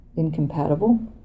incompatible